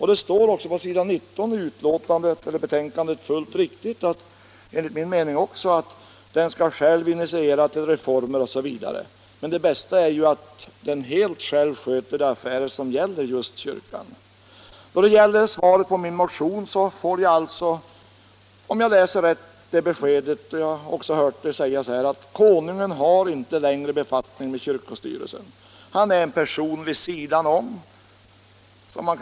Detta står också utskrivet, fullt riktigt enligt min mening, på s. 19 i utskottets betänkande, ty där står det att det bör ankomma på kyrkan själv att ta initiativ till genomförandet av reformer osv. Det bästa är att den själv helt sköter de affärer som gäller kyrkan. Vad beträffar svaret på min motion får jag alltså, om jag läser rätt, det beskedet att konungen inte längre har befattning med kyrkans styrelse. Jag har också hört samma sak sägas här.